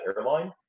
airline